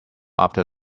after